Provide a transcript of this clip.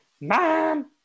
mom